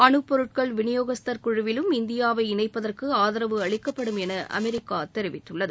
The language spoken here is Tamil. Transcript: அணு பொருட்கள் விநியோகஸ்தர் குழுவிலும் இந்தியாவை இணைப்பதற்கு ஆதரவு அளிக்கப்படும் என அமெரிக்கா கூறியுள்ளது